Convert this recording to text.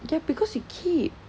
ya because you keep